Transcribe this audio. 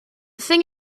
thing